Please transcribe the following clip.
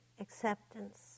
acceptance